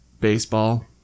baseball